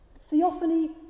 theophany